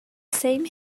same